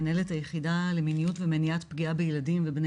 מנהלת היחידה למיניות ומניעת פגיעה בילדים ובני